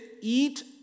eat